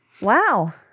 Wow